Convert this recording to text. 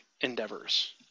endeavors